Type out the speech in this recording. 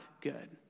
good